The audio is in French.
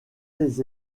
les